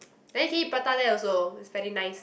then you can eat prata there also it's very nice